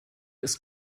ist